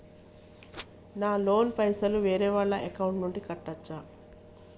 నా లోన్ పైసలు వేరే వాళ్ల అకౌంట్ నుండి కట్టచ్చా?